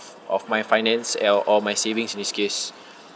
of my finance eh or my savings in this case